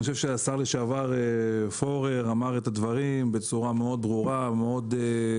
אני חושב שהשר לשעבר פורר אמר את הדברים בצורה מאוד ברורה ומאוד נכונה.